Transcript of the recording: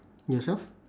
yourself